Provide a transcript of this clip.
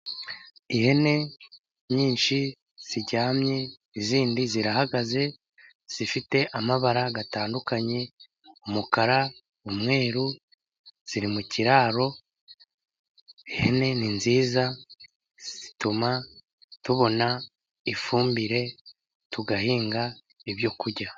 Ihene nyinshi ziryamye izindi zirahagaze, zifite amabara atandukanye umukara, umweru ziri mu kiraro. Ihene ni nziza zituma tubona ifumbire tugahinga ibyo kurya.